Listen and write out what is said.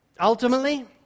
Ultimately